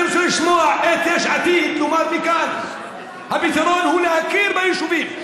אני רוצה לשמוע את יש עתיד אומרת מכאן: הפתרון הוא להכיר ביישובים.